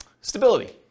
stability